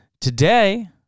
Today